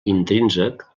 intrínsec